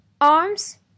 Arms